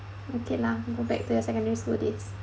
okay lah go back to your secondary school days